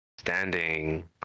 Standing